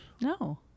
No